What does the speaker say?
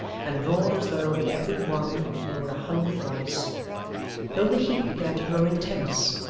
and roared as though, in every one, there were a hungry voice though the heat began to grow intense,